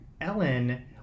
Ellen